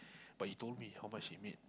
but he told me how much he made